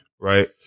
right